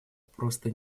просто